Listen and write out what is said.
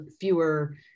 fewer